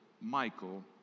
Michael